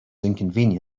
inconvenience